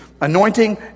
anointing